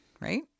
right